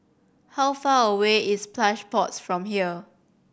how far away is Plush Pods from here